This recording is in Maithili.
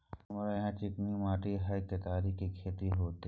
हमरा यहाँ चिकनी माटी हय केतारी के खेती होते?